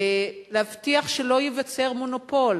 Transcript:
להבטיח שלא ייווצר מונופול,